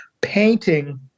Painting